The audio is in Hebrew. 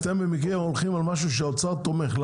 אתם במקרה הולכים על משהו שהאוצר תומך בו.